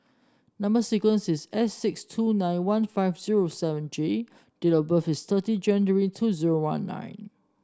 number sequence is S six two nine one five zero seven J and date of birth is thirty January two zero one nine